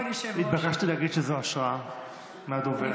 התבקשתי להגיד שזו השראה מהדוברת.